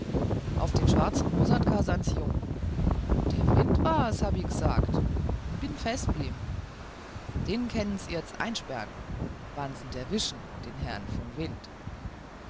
auf den schwarzen vssatka sans jung der wind war's hab i g'sagt und bi fest blimm den kennens iazt eispirrn wanns'n derwischen den herrn von wind